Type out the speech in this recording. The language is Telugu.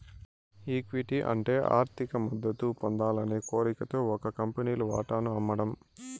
ఈక్విటీ అంటే ఆర్థిక మద్దతు పొందాలనే కోరికతో ఒక కంపెనీలు వాటాను అమ్మడం